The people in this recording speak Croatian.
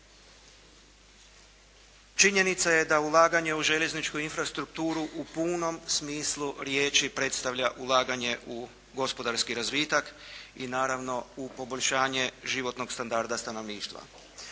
Činjenica je da ulaganje u željezničku infrastrukturu u punom smislu riječi predstavlja ulaganje u gospodarski razvitak i naravno u poboljšanje životnog standarda stanovništva.